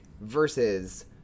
versus